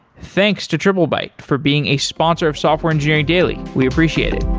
thanks to triplebyte for being a sponsor of software engineering daily. we appreciate it.